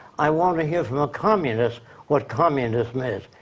i want to hear from a communist what communism is.